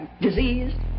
disease